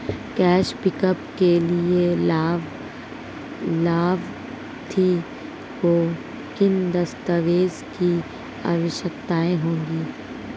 Cash pickup के लिए लाभार्थी को किन दस्तावेजों की आवश्यकता होगी?